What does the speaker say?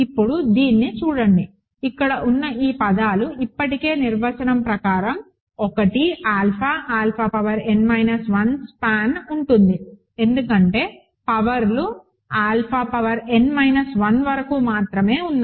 ఇప్పుడు దీన్ని చూడండి ఇక్కడ ఉన్న ఈ పదాలు ఇప్పటికే నిర్వచనం ప్రకారం 1 alpha alpha power n minus 1 span ఉంటుంది ఎందుకంటే పవర్లు ఆల్ఫా పవర్ n మైనస్ 1 వరకు మాత్రమే ఉన్నాయి